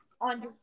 On